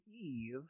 Eve